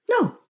No